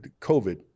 COVID